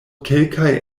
kelkaj